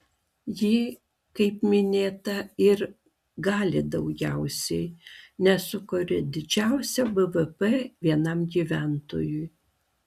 ji kaip minėta ir gali daugiausiai nes sukuria didžiausią bvp vienam gyventojui